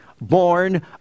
Born